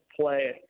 play